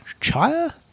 Chia